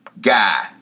guy